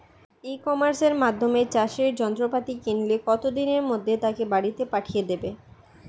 ই কমার্সের মাধ্যমে চাষের যন্ত্রপাতি কিনলে কত দিনের মধ্যে তাকে বাড়ীতে পাঠিয়ে দেবে?